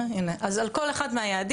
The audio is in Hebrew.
אז על כל אחד מהיעדים,